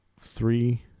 three